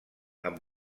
amb